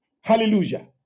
Hallelujah